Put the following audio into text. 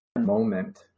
moment